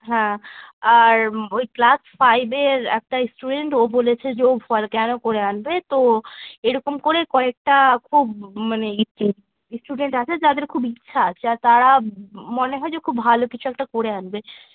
হ্যাঁ আর ওই ক্লাস ফাইভের একটা স্টুডেন্ট ও বলেছে যে ও ভলক্যানো করে আনবে তো এই রকম করে কয়েকটা খুব মানে স্টুডেন্ট আছে যাদের খুব ইচ্ছা আছে আর তারা মনে হয় যে খুব ভালো কিছু একটা করে আনবে